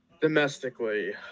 Domestically